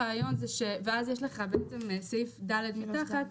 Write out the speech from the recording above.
ואז יש גם את סעיף (ד) מתחת,